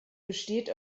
besteht